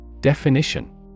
Definition